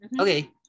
okay